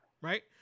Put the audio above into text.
right